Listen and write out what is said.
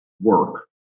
work